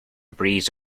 breeze